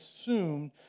assumed